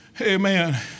amen